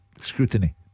scrutiny